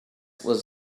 was